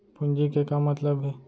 पूंजी के का मतलब हे?